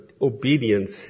obedience